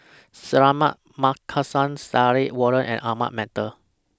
Suratman Markasan Stanley Warren and Ahmad Mattar